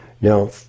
Now